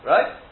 Right